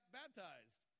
baptized